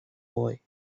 boy